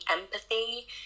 empathy